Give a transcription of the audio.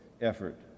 effort